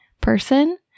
person